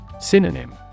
Synonym